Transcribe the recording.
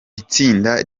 itsinda